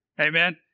Amen